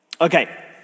Okay